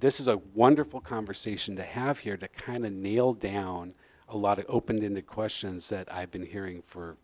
this is a wonderful conversation to have here to kind of nail down a lot of opened in the questions that i've been hearing for